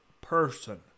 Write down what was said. person